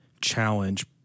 challenge